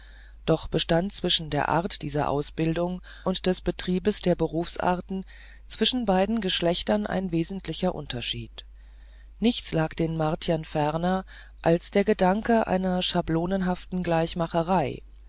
doch bestand zwischen der art dieser ausbildung und des betriebes der berufsarten zwischen beiden geschlechtern ein wesentlicher unterschied nichts lag den martiern ferner als der gedanke einer schablonenhaften